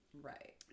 right